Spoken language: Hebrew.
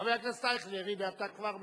חבר הכנסת אייכלר, הנה אתה כבר משיב.